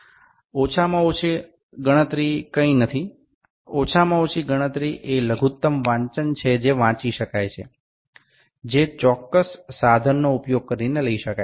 সর্বনিম্ন গণনা কিছুই নয় সর্বনিম্ন গণনা একটি ন্যূনতম পাঠ যা নির্দিষ্ট উপকরণ ব্যবহার করে নেওয়া যেতে পারে